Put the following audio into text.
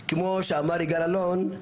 כמו שאמר יגאל אלון,